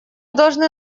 должны